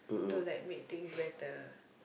to like make things better